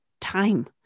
time